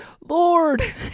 lord